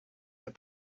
that